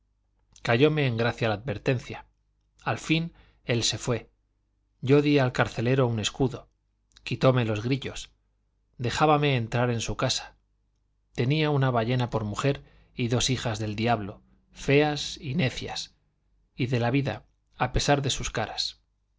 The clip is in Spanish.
cayóme en gracia la advertencia al fin él se fue yo di al carcelero un escudo quitóme los grillos dejábame entrar en su casa tenía una ballena por mujer y dos hijas del diablo feas y necias y de la vida a pesar de sus caras